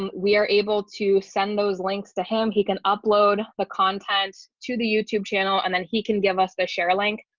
we are able to send those links to him, he can upload the content to the youtube channel, and then he can give us the share link.